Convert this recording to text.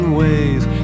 ways